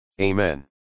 Amen